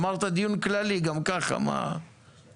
אמרת דיון כללי גם ככה, מה הבעיה?